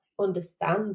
understand